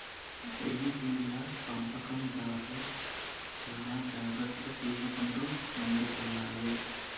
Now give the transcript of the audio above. తేనె టీగల పెంపకందార్లు చానా జాగ్రత్తలు తీసుకుంటూ ముందుకెల్లాలే